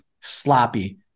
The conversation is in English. sloppy